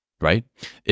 right